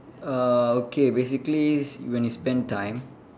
uh okay basically s~ when you spend time